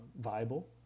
viable